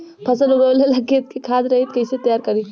फसल उगवे ला खेत के खाद रहित कैसे तैयार करी?